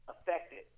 affected